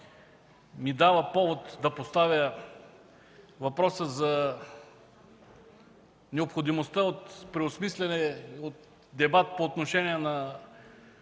ми дава повод да поставя принципния въпрос за необходимостта от преосмисляне, от дебат по отношение на